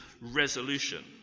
resolution